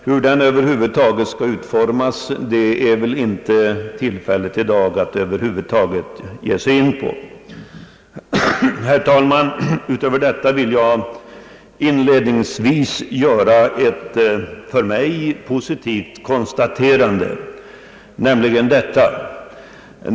Hur den över huvud taget skall utformas är det väl inte tillfälle i dag att ge sig in på. Herr talman! Utöver detta vill jag inledningsvis göra ett för mig positivt konstaterande.